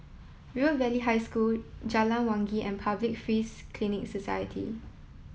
River Valley High School Jalan Wangi and Public Free Clinic Society